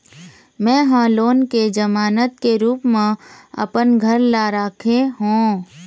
में ह लोन के जमानत के रूप म अपन घर ला राखे हों